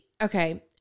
okay